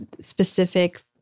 specific